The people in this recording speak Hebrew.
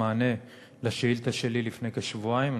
במענה על השאילתה שלי מלפני כשבועיים.